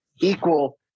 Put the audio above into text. equal